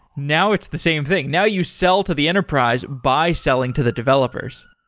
now it's the same thing. now you sell to the enterprise by selling to the developers.